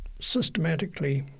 systematically